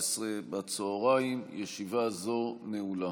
זו חובתנו.